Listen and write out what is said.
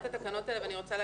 מאליו.